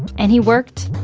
and he worked